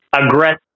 aggressive